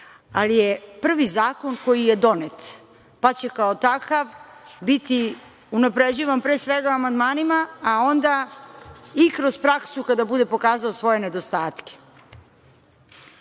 ali je prvi zakon koji je donet, pa će kao takav biti unapređivan pre svega amandmanima, a onda i kroz praksu kada bude pokazao svoje nedostatke. Ta